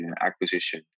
acquisition